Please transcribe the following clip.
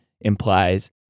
implies